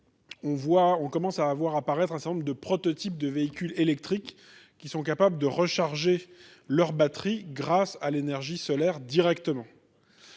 on commence à à voir apparaître un certain nombre de prototypes de véhicules électriques qui sont capables de recharger leurs batteries grâce à l'énergie solaire directement